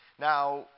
Now